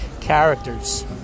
characters